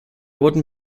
wooden